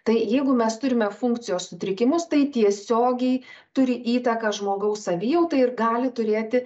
tai jeigu mes turime funkcijos sutrikimus tai tiesiogiai turi įtaką žmogaus savijautai ir gali turėti